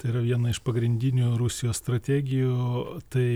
tai yra viena iš pagrindinių rusijos strategijų o tai